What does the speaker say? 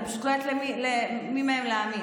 אני פשוט לא יודעת למי מהם להאמין.